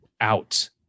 out